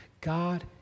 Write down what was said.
God